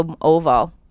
oval